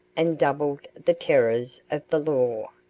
and doubled the terrors of the law.